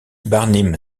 barnim